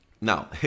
Now